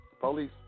Police